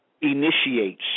initiates